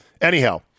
Anyhow